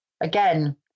again